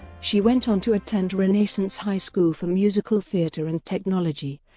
she went on to attend renaissance high school for musical theater and technology,